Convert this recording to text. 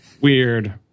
weird